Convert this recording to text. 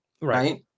right